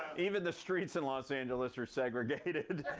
even the streets in los angeles are segregated.